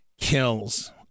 kills